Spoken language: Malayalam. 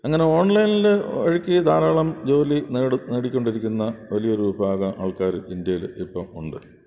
അങ്ങനെ ഓൺലൈനില് വഴിക്ക് ധാരാളം ജോലി നേട് നേടിക്കൊണ്ടിരിക്കുന്ന വലിയൊരു വിഭാഗം ആൾക്കാര് ഇന്ത്യയില് ഇപ്പോള് ഉണ്ട്